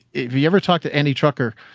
if you ever talked to any trucker,